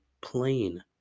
plain